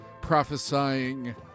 prophesying